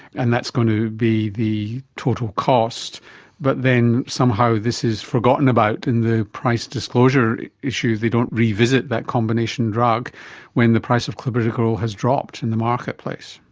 and that's going to be the total cost, but then somehow this is forgotten about in the price disclosure issue, they don't revisit that combination drug when the price of clopidogrel has dropped in the marketplace.